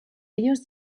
ellos